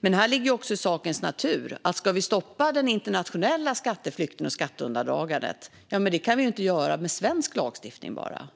Det ligger dock i sakens natur att vi inte kan stoppa den internationella skatteflykten och det internationella skatteundandragandet bara med svensk lagstiftning, utan